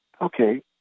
Okay